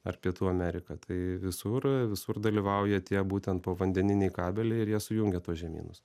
ar pietų amerika tai visur visur dalyvauja tie būtent povandeniniai kabeliai ir jie sujungia tuos žemynus